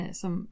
som